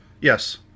Yes